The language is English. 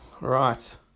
right